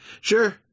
sure